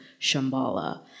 Shambhala